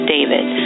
David